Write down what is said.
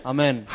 Amen